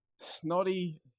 snotty